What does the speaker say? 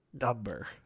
number